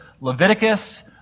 Leviticus